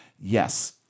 Yes